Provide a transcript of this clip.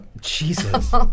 Jesus